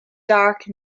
dark